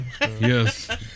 Yes